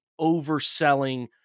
overselling